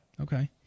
Okay